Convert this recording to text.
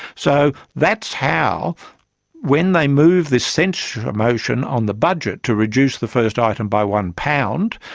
so that's how when they move this censure motion on the budget, to reduce the first item by one pound,